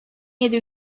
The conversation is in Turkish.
yedi